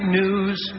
news